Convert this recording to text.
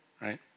right